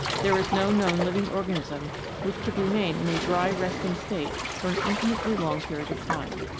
there is no known living organism which could remain in a dry resting state for an infinitely long period of time.